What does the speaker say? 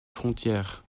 frontières